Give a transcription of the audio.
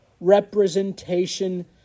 representation